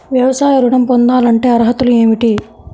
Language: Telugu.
వ్యవసాయ ఋణం పొందాలంటే అర్హతలు ఏమిటి?